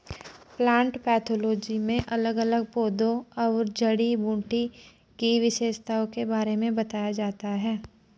plant pathology में अलग अलग पौधों और जड़ी बूटी की विशेषताओं के बारे में बताया जाता है